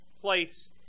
place